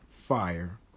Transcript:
fire